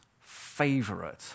favorite